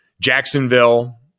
Jacksonville